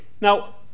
Now